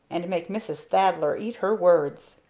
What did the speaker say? and make mrs. thaddler eat her words!